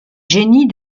génie